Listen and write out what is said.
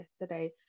yesterday